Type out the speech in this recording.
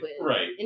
right